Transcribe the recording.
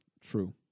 True